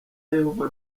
yehova